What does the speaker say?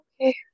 Okay